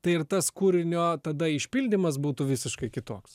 tai ir tas kūrinio tada išpildymas būtų visiškai kitoks